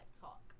talk